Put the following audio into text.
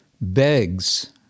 begs